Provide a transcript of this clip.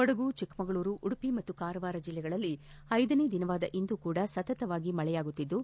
ಕೊಡಗು ಚಿಕ್ಕಮಗಳೂರು ಉಡುಪಿ ಮತ್ತು ಕಾರವಾರ ಜಿಲ್ಲೆಗಳಲ್ಲಿ ಐದನೇ ದಿನವಾದ ಇಂದು ಕೂಡಾ ಸತತವಾಗಿ ಮಳೆಯಾಗುತ್ತಿದ್ದು